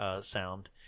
sound